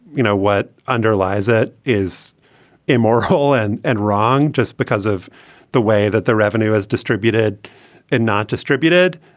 you know, what underlies it is immoral and and wrong just because of the way that the revenue is distributed and not distributed.